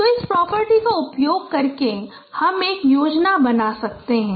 तो इस प्रॉपर्टी का उपयोग करके हम एक योजना बना सकते हैं